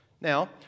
Now